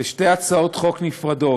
לשתי הצעות חוק נפרדות,